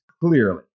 clearly